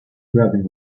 grabbing